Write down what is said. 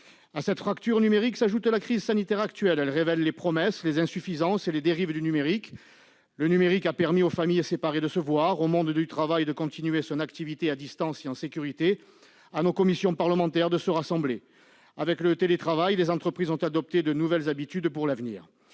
À cette fracture numérique s'ajoute la crise sanitaire actuelle. Elle révèle les promesses, les insuffisances et les dérives du numérique. Le numérique a permis aux familles séparées de se voir, au monde du travail de poursuivre son activité à distance et en sécurité, à nos commissions parlementaires de continuer à se réunir. Avec le télétravail, les entreprises ont adopté de nouvelles habitudes pour l'avenir.